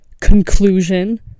conclusion